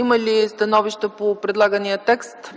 Има ли становища по предлагания текст?